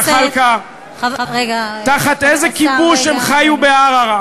חבר הכנסת זחאלקה, תחת איזה כיבוש הם חיו בערערה?